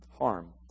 harm